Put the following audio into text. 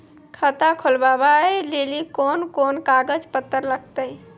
खाता खोलबाबय लेली कोंन कोंन कागज पत्तर लगतै?